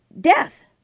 death